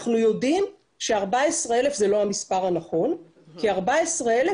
אנחנו יודעים ש-14,000 זה לא המספר הנכון כי 14,000,